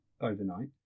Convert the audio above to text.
overnight